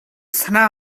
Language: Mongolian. санаа